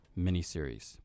miniseries